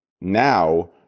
now